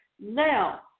Now